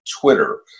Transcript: twitter